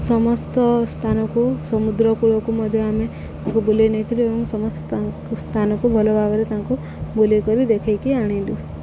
ସମସ୍ତ ସ୍ଥାନକୁ ସମୁଦ୍ରକୂଳକୁ ମଧ୍ୟ ଆମେ ତାଙ୍କୁ ବୁଲେଇ ନେଇଥିଲୁ ଏବଂ ସମସ୍ତ ସ୍ଥାନକୁ ଭଲ ଭାବରେ ତାଙ୍କୁ ବୁଲିକରି ଦେଖେଇକି ଆଣିଲୁ